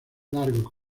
largos